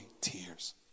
tears